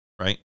right